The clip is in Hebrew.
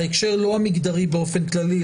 לא בהקשר המגדרי באופן כללי,